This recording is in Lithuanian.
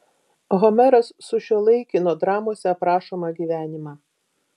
homeras sušiuolaikino dramose aprašomą gyvenimą